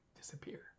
disappear